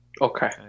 Okay